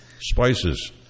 Spices